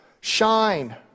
shine